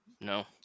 No